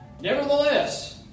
Nevertheless